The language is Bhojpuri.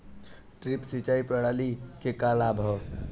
ड्रिप सिंचाई प्रणाली के का लाभ ह?